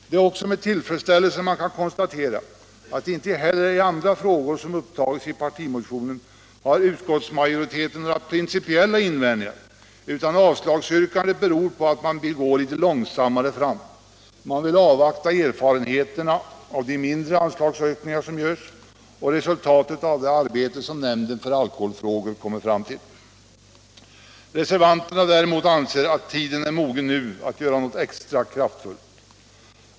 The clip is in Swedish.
Det är också med tillfredsställelse man kan konstatera att inte heller i andra frågor som upptagits i partimotionen har utskottsmajoriteten några principiella invändningar, utan avslagsyrkandet beror på att man vill gå litet långsammare fram. Man vill avvakta erfarenheterna av de mindre anslagshöjningar som görs och resultatet av det arbete som nämnden för alkoholfrågor kommer fram till. Reservanterna däremot anser att tiden nu är mogen att göra något extra kraftfullt.